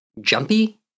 jumpy